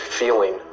feeling